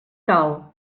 cal